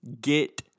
get